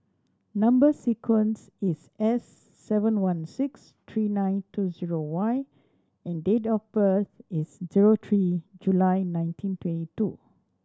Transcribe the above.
number sequence is S seven one six three nine two zero Y and date of birth is zero three July nineteen twenty two